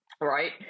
Right